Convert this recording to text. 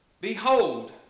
Behold